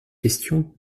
questions